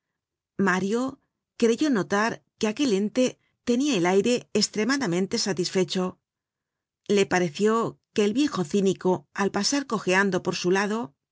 mario creyó notar que aquel ente tenia el aire estremadamente satisfecho le pareció que el viejo cínico al pasar cojeando por su lado